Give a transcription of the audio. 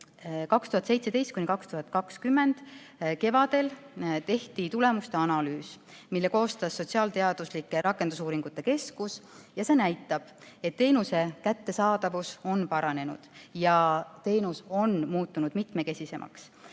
2017–2020 kohta tehti kevadel tulemuste analüüs, mille koostas sotsiaalteaduslike rakendusuuringute keskus, ja see näitab, et teenuse kättesaadavus on paranenud ja teenus on muutunud mitmekesisemaks.